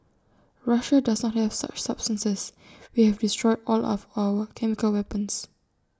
Russia does not have such substances we have destroyed all of our chemical weapons